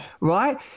right